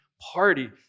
party